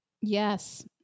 Yes